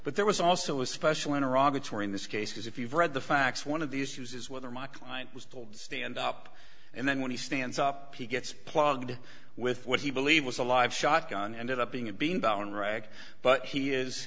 but there was also a special in iraq which were in this case is if you've read the facts one of the issues is whether my client was told to stand up and then when he stands up he gets plugged with what he believed was a live shot gun ended up being a being down rag but he is